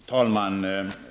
Fru talman!